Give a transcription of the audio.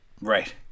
Right